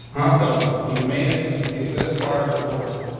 hasam. we made it to the cia's. that's part of the course.